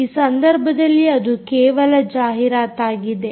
ಈ ಸಂದರ್ಭದಲ್ಲಿ ಅದು ಕೇವಲ ಜಾಹೀರಾತಾಗಿದೆ